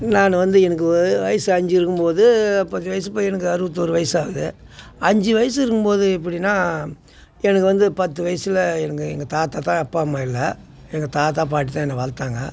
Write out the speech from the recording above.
நான் வந்து எனக்கு வயசு அஞ்சு இருக்கும் போது பத்து வயசு பையனுக்கு அறுபத்தோறு வயசு ஆகுது அஞ்சு வயசு இருக்கும் போதே எப்படின்னா எனக்கு வந்து பத்து வயசில் எங்கள் எங்கள் தாத்தா தான் அப்பா அம்மா இல்லை எங்கள் தாத்தா பாட்டி தான் என்னை வளர்த்தாங்க